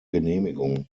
genehmigung